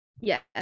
yes